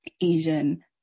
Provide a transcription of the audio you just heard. Asian